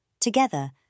Together